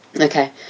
Okay